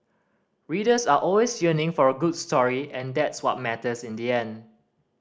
readers are always yearning for a good story and that's what matters in the end